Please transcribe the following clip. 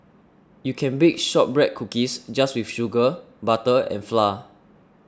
you can bake Shortbread Cookies just with sugar butter and flour